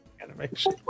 animation